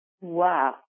Wow